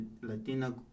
latina